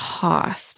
cost